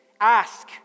ask